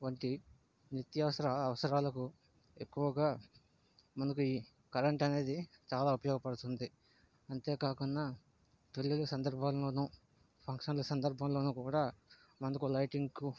వంటి నిత్యావసర అవసరాలకు ఎక్కువగా మనకి కరెంట్ అనేది చాలా ఉపయోగపడుతుంది అంతేకాకుండా తెలివైన సందర్భాల్లోను ఫంక్షన్ల సందర్బంలోనూ కూడా మనకు లైటింగ్కు